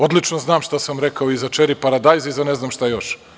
Odlično znam šta samrekao i za čeri paradajz i za ne znam šta još.